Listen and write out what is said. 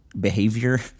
behavior